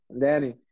Danny